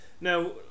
Now